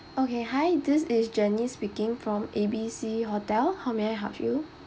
okay hi this is janice speaking from A B C hotel how may I help you